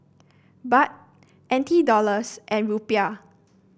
Baht N T Dollars and Rupiah